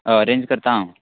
अ arrange करता आंव